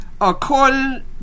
according